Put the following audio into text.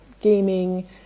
gaming